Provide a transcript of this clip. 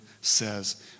says